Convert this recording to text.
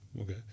Okay